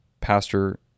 Pastor